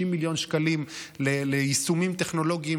של 50 מיליון שקלים ליישומים טכנולוגיים,